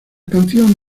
canción